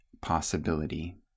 possibility